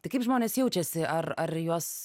tai kaip žmonės jaučiasi ar ar juos